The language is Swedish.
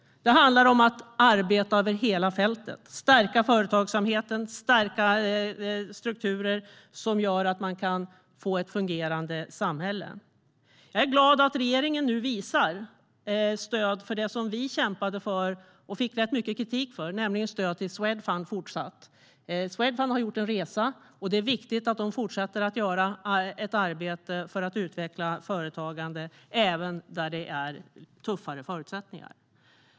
Det handlar om att arbeta över hela fältet och stärka företagsamheten och strukturer som gör att man kan få ett fungerande samhälle. Jag är glad att regeringen nu visar stöd för det som vi kämpade för och fick rätt mycket kritik för, nämligen fortsatt stöd till Swedfund. Swedfund har gjort en resa, och det är viktigt att de fortsätter att göra ett arbete för att utveckla företagande även där det är tuffare förutsättningar.